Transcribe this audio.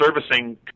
servicing